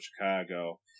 Chicago